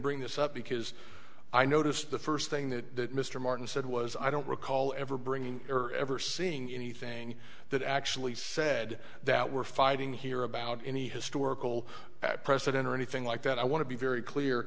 bring this up because i noticed the first thing that mr martin said was i don't recall ever bringing or ever seeing anything that actually said that we're fighting here about any historical precedent or anything like that i want to be very clear